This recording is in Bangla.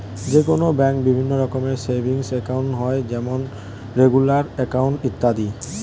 যে কোনো ব্যাঙ্কে বিভিন্ন রকমের সেভিংস একাউন্ট হয় যেমন রেগুলার অ্যাকাউন্ট, ইত্যাদি